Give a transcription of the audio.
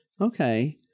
Okay